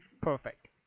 Perfect